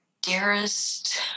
dearest